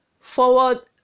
forward